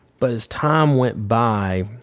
but as time went by,